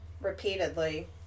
repeatedly